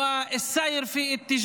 הדמים,